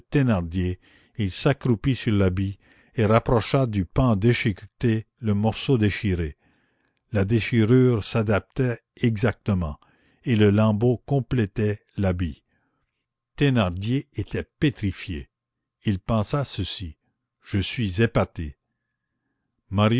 il s'accroupit sur l'habit et rapprocha du pan déchiqueté le morceau déchiré la déchirure s'adaptait exactement et le lambeau complétait l'habit thénardier était pétrifié il pensa ceci je suis épaté